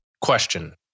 Question